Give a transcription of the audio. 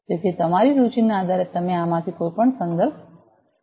તેથી તમારી રુચિના આધારે તમે આમાંથી કોઈપણ સંદર્ભો લઈ શકો છો